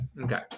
Okay